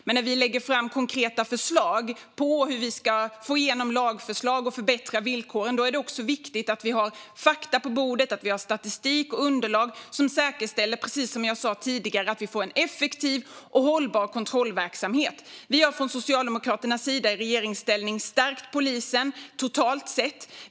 Men när vi lägger fram konkreta förslag på hur vi ska få igenom lagförslag och förbättra villkoren är det också viktigt att vi har fakta på bordet och att vi har statistik och underlag som säkerställer, precis som jag sa tidigare, att vi får en effektiv och hållbar kontrollverksamhet. Vi har från Socialdemokraternas sida i regeringsställning stärkt polisen totalt sett.